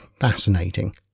fascinating